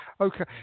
Okay